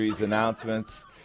announcements